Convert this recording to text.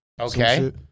Okay